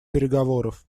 переговоров